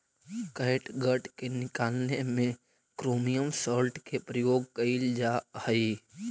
catgut के निकालने में क्रोमियम सॉल्ट के प्रयोग कइल जा हई